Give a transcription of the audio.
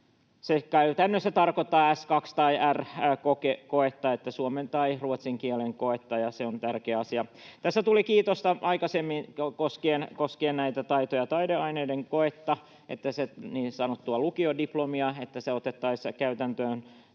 Se käytännössä tarkoittaa S2- tai R-koetta, suomen tai ruotsin kielen koetta, ja se on tärkeä asia. Tässä tuli kiitosta aikaisemmin koskien taito- ja taideaineiden koetta, niin sanottua lukiodiplomia, että se otettaisiin käyttöön